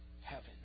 heaven